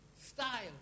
style